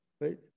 Right